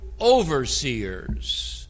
overseers